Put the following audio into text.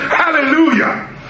hallelujah